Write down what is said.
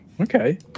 Okay